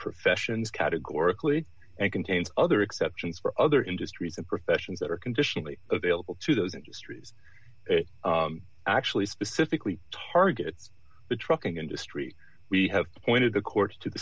professions categorically and contains other exceptions for other industries and professions that are conditionally available to those industries actually specifically target the trucking industry we have pointed the courts to the